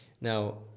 now